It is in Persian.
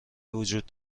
وجود